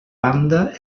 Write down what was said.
banda